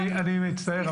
אני מצטער,